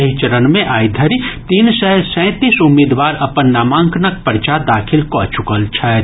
एहि चरण मे आइ धरि तीन सय सैंतीस उम्मीदवार अपन नामांकनक पर्चा दाखिल कऽ चुकल छथि